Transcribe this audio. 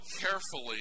carefully